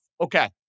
Okay